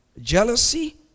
Jealousy